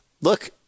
look